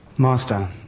Master